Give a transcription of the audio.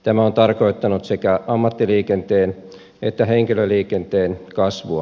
tämä on tarkoittanut sekä ammattiliikenteen että henkilöliikenteen kasvua